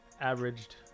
averaged